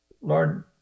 Lord